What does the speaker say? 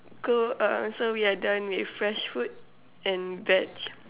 go on so we are done with fresh fruit and veg